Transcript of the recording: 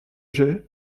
j’ai